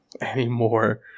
Anymore